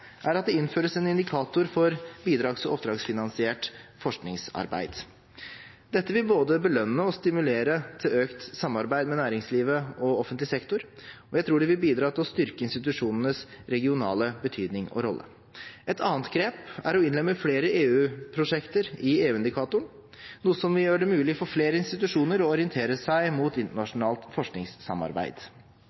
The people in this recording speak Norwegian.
er at det innføres en indikator for bidrags- og oppdragsfinansiert forskningsarbeid. Dette vil både belønne og stimulere til økt samarbeid med næringslivet og offentlig sektor, og jeg tror det vil bidra til å styrke institusjonenes regionale betydning og rolle. Et annet grep er å innlemme flere EU-prosjekter i EU-indikatoren, noe som vil gjøre det mulig for flere institusjoner å orientere seg mot internasjonalt forskningssamarbeid.